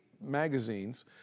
magazines